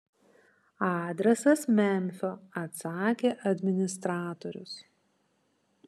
adresas memfio atsakė administratorius